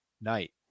night